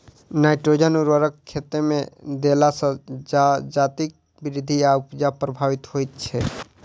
nitrogen उर्वरक खेतमे देला सॅ जजातिक वृद्धि आ उपजा प्रभावित होइत छै